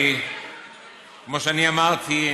כמו שאני אמרתי,